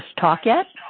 talk yet?